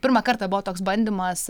pirmą kartą buvo toks bandymas